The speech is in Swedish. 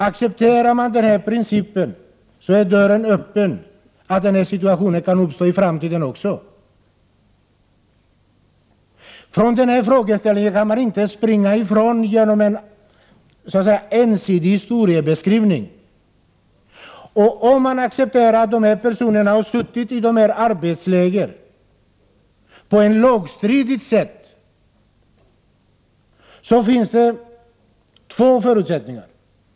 Accepterar man denna princip så är dörren öppen för att den här situationen också kan uppstå i framtiden. Den här frågeställningen kan man nämligen inte springa ifrån genom att ta till en ensidig historiebeskrivning. Om man accepterar att dessa personer har suttit i arbetsläger på ett lagstridigt sätt, finns det två vägar.